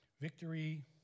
Victory